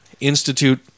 institute